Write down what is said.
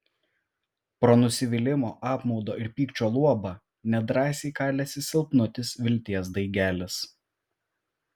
pro nusivylimo apmaudo ir pykčio luobą nedrąsiai kalėsi silpnutis vilties daigelis